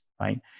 right